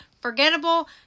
forgettable